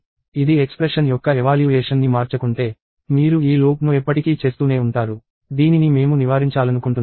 ఇది ఎక్స్ప్రెషన్ యొక్క ఎవాల్యూయేషన్ ని మార్చకుంటే మీరు ఈ లూప్ను ఎప్పటికీ చేస్తూనే ఉంటారు దీనిని మేము నివారించాలనుకుంటున్నాము